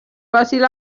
fàcil